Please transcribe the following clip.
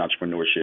entrepreneurship